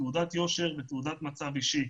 תעודת יושר ותעודת מצב אישי.